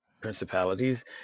principalities